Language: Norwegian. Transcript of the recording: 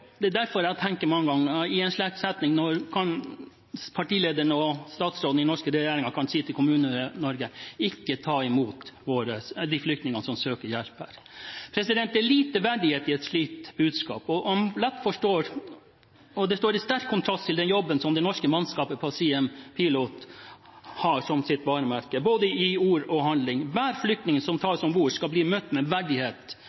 i den norske regjeringen kan si til Kommune-Norge: Ikke ta imot de flyktningene som søker hjelp her, at det er lite verdighet i et slikt budskap. Det står i sterk kontrast til den jobben det norske mannskapet på «Siem Pilot» har som sitt varemerke, i både ord og handling. Hver flyktning som tas om bord, skal bli møtt med verdighet,